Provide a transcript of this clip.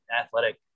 athletic